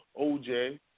OJ